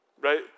right